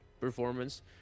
performance